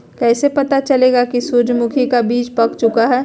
कैसे पता चलेगा की सूरजमुखी का बिज पाक चूका है?